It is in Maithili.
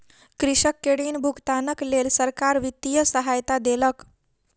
कृषक के ऋण भुगतानक लेल सरकार वित्तीय सहायता देलक